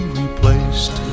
replaced